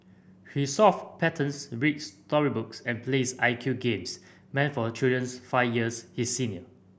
he solve patterns reads story books and plays I Q games meant for children's five years his senior